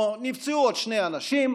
נפצעו עוד שני אנשים,